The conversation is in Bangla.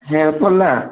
হ্যাঁ উৎপলদা